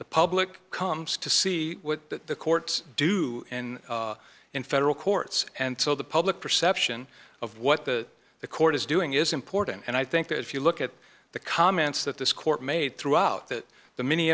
the public comes to see that the courts do in in federal courts and so the public perception of what the the court is doing is important and i think that if you look at the comments that this court made throughout that the many